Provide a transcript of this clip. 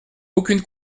aucune